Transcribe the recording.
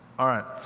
all right.